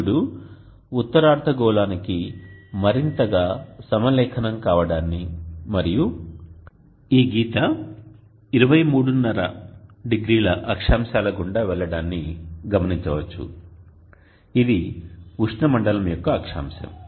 సూర్యుడు ఉత్తర అర్ధగోళానికి మరింతగా సమలేఖనం కావడాన్ని మరియు ఈ గీత 23½0 అక్షాంశాల గుండా వెళ్లడాన్ని గమనించవచ్చు ఇది ఉష్ణమండలం యొక్క అక్షాంశం